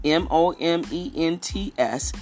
moments